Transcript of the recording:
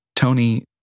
Tony